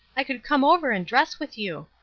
i could come over and dress with you.